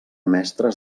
mestres